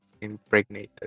impregnated